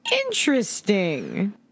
Interesting